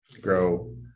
grow